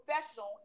professional